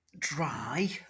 dry